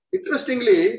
Interestingly